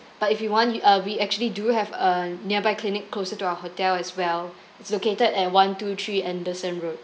but if you want you uh we actually do have a nearby clinic closer to our hotel as well it's located at one two three anderson road